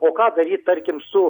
o ką daryt tarkim su